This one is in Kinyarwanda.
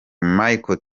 michel